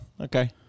Okay